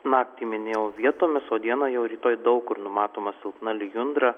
naktį minėjau vietomis o dieną jau rytoj daug kur numatoma silpna lijundra